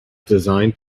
designed